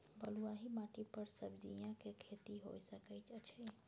बलुआही माटी पर सब्जियां के खेती होय सकै अछि?